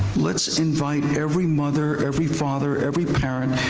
let's invite every mother, every father, every parent,